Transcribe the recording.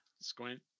Squint